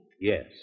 Yes